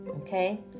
Okay